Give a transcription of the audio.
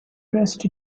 dressed